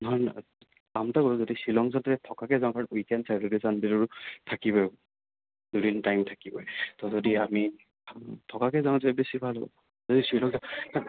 নহয় নহয় কাম এটা কৰোঁ যদি শ্বিলং যোৱাতোৱে থকাকৈ যাওঁ আৰু উইকেণ্ড ছেটাৰডে ছানডেটো থাকেই বাৰু থকিবই দুদিন টাইম থাকিবই তো যদি আমি থকাকৈ যাওঁ তেতিয়া বেছি ভাল হ'ব যদি শ্বিলং যাওঁ